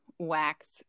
wax